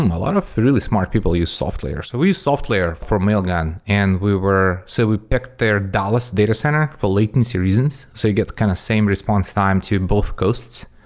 a lot of really smart people use softlayer. so we used softlayer for mailgun and we were so we picked their dallas data center for latency reasons so you get kind of same response time to both coasts.